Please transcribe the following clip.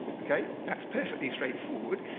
ok? that's perfectly straightforward.